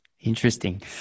Interesting